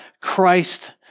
Christ